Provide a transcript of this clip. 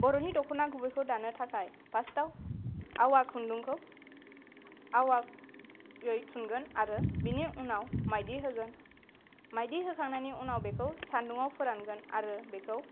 बर'नि दख'ना गुबैखौ दानो थाखाय फार्सटाव आवा खुन्दुंखौ आवायै थुनगोन आरो बेनि उनाव माइदि होगोन माइदि होखांनायनि उनाव बेखौ सान्दुंआव फोरानगोन आरो बेखौ